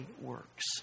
works